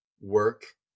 work